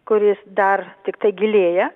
kuris dar tiktai gilėja